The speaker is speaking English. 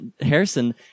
Harrison